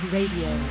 Radio